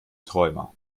träumer